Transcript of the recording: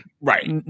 right